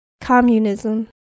Communism